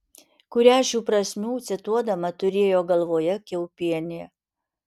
kurią šių prasmių cituodama turėjo galvoje kiaupienė